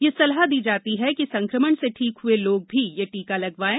यह सलाह दी जाती है कि संकमण से ठीक हुए लोग भी यह टीका लगवाएं